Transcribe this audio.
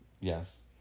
Yes